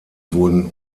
wurden